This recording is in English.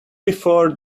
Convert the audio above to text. before